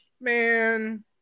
Man